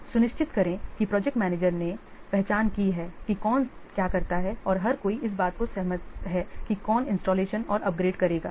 सुनिश्चित करें कि प्रोजेक्ट मैनेजर ने पहचान की है कि कौन क्या करता है और हर कोई इस बात से सहमत है कि कौन इंस्टॉलेशन और अपग्रेड करेगा है